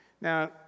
Now